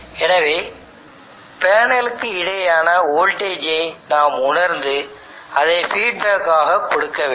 எனவே பேனலுக்கு இடையேயான வோல்டேஜ் ஐ நாம் உணர்ந்து அதை ஃபீட்பேக் ஆக கொடுக்க வேண்டும்